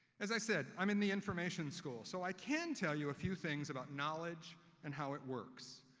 as i said, i'm in the information school, so i can tell you a few things about knowledge and how it works.